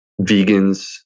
vegans